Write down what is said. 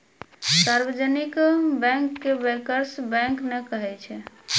सार्जवनिक bank के bankers bank नै कहै छै